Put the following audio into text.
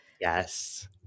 Yes